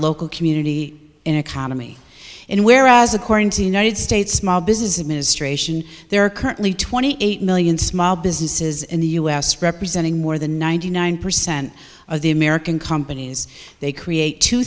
local community in economy in whereas according to united states small business administration there are currently twenty eight million small businesses in the u s representing more than ninety nine percent of the american companies they create two